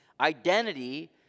Identity